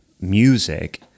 music